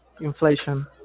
inflation